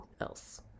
else